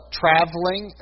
traveling